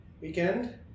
weekend